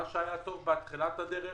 מה שהיה טוב בתחילת הדרך